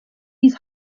his